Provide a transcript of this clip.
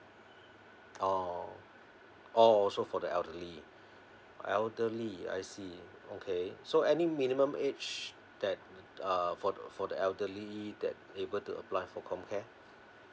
oh oh also for the elderly elderly I see okay so any minimum age that uh for for the elderly that able to apply for comcare